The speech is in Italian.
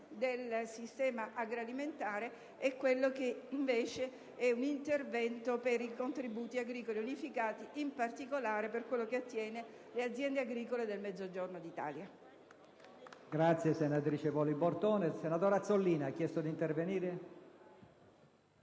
del sistema agroalimentare e un intervento per i contributi agricoli unificati, in particolare per quanto attiene alle aziende agricole del Mezzogiorno d'Italia.